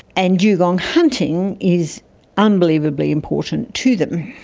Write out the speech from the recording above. and yeah dugong hunting is unbelievably important to them,